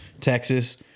Texas